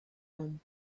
him